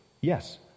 Yes